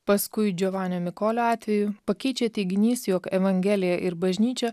paskui džiovanio mikolio atveju pakeičia teiginys jog evangelija ir bažnyčia